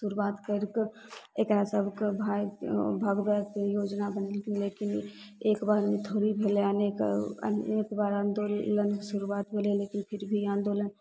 शुरुआत करि के एकरा सबके भागि भगबैके योजना बनेलखिन लेकिन एक बारमे थोड़े भेलै अनेक अनेक बार आंदोलनके शुरुआत भेलै लेकिन फिर भी आंदोलन